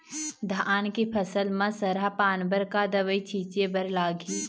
धान के फसल म सरा पान बर का दवई छीचे बर लागिही?